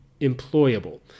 employable